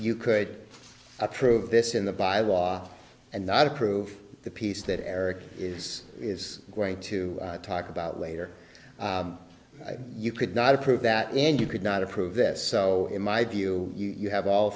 you could approve this in the by law and not approve the piece that eric is is going to talk about later you could not approve that and you could not approve this so in my view you have all